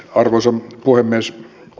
arvoisa puhemies